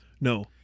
No